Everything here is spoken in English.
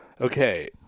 Okay